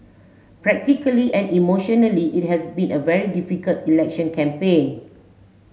practically and emotionally it has been a very difficult election campaign